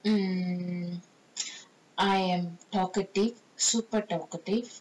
mm I am talkative super talkative